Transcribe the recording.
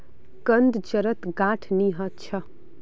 कंद जड़त गांठ नी ह छ